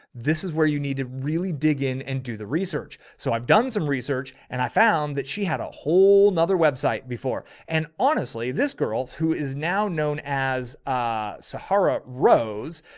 this is where you need to really dig in and do the research. so i've done some research and i found that she had a whole nother website before. and honestly, this girl who is now known as, ah, sahara rose.